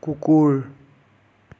কুকুৰ